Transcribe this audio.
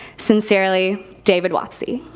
sincerely, david wofsy.